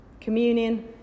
Communion